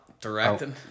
directing